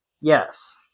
yes